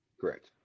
Correct